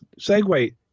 segue